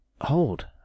Hold